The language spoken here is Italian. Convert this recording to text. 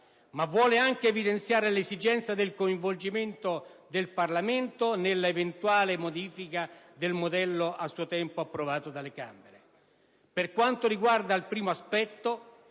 ma vuole anche evidenziare l'esigenza del coinvolgimento del Parlamento nell'eventuale modifica del modello a suo tempo approvato dalle Camere. Per quanto riguarda il primo aspetto,